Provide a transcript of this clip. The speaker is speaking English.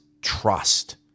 trust